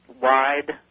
wide